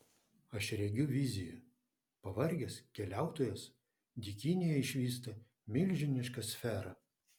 aš regiu viziją pavargęs keliautojas dykynėje išvysta milžinišką sferą